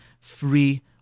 free